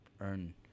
earn